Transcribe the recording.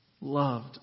loved